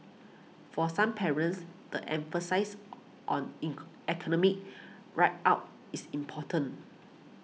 for some parents the emphasis on ink academic rag our is important